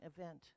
event